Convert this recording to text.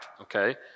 Okay